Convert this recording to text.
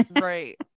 Right